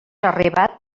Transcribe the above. arribat